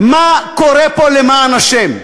מה קורה פה למען השם?